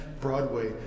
Broadway